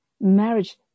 marriage